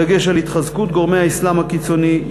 בדגש על התחזקות גורמי האסלאם הקיצוני,